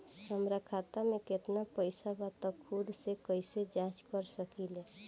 हमार खाता में केतना पइसा बा त खुद से कइसे जाँच कर सकी ले?